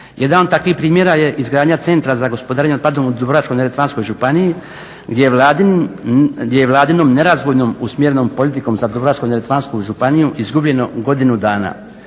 Jedan od takvih primjera je izgradnja centra za gospodarenje otpadom u Dubrovačko-neretvanskoj županiji gdje vladinom nerazvojnom usmjerenom politikom za Dubrovačku-neretvansku županiju izgubljeno godinu dana.